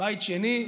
בית שני.